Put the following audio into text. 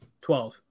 twelve